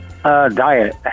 Diet